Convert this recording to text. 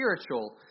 spiritual